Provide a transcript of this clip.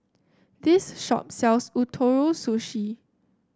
this shop sells Ootoro Sushi